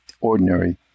ordinary